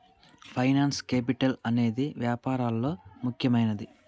finance capital అనేదే వ్యాపారాల్లో ముఖ్యమైనది